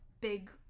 big